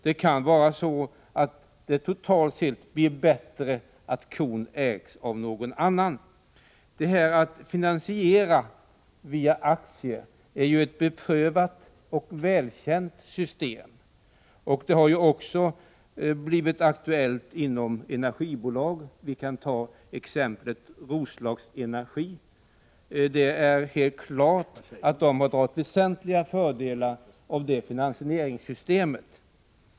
Det kan totalt sett bli bättre att kon ägs av någon annan. Att finansiera via aktier är ju ett beprövat och välkänt system. Det har blivit aktuellt även inom energibolag, t.ex. Roslagsenergi. Det är helt klart att detta bolag har dragit väsentliga fördelar av det finansieringssystemet.